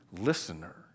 listener